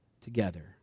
together